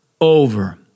over